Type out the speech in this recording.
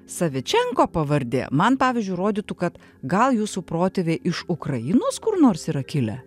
savičenko pavardė man pavyzdžiui rodytų kad gal jūsų protėviai iš ukrainos kur nors yra kilę